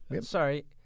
Sorry